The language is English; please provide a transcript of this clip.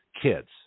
kids